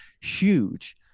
huge